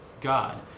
God